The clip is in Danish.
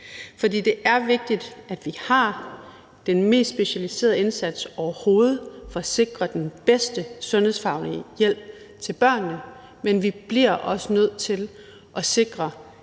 For det er vigtigt, at vi har den mest specialiserede indsats overhovedet for at sikre den bedste sundhedsfaglige hjælp til børnene, men vi bliver også nødt til at sikre,